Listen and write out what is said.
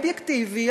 אובייקטיבי,